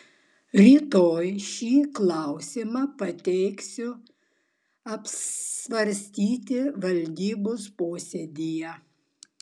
rytoj šį klausimą pateiksiu apsvarstyti valdybos posėdyje